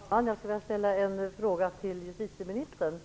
Fru talman! Jag skulle vilja ställa en fråga till justitieministern.